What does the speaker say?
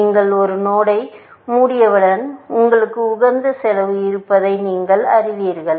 நீங்கள் ஒரு நோடை மூடியவுடன் உங்களுக்கு உகந்த செலவு இருப்பதை நீங்கள் அறிவீர்கள்